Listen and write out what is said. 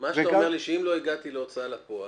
מה שאתה אומר לי, שאם לא הגעתי להוצאה לפועל